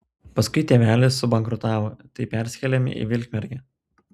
paskui tėvelis subankrutavo tai persikėlėm į vilkmergę